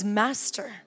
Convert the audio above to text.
master